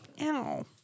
Ow